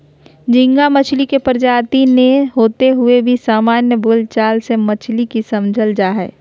झींगा मछली के प्रजाति नै होते हुए भी सामान्य बोल चाल मे मछली ही समझल जा हई